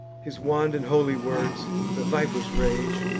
his wand and holy words, the viper's rage,